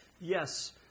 yes